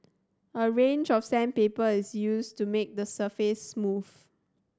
a range of sandpaper is used to make the surface smooth